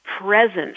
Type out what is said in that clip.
presence